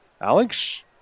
Alex